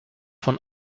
von